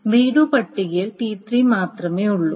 read പട്ടികയിൽ T3 മാത്രമേയുള്ളൂ